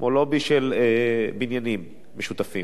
כמו לובי של בניינים משותפים,